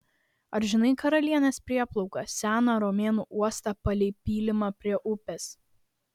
ar žinai karalienės prieplauką seną romėnų uostą palei pylimą prie upės